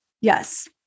Yes